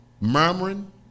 Murmuring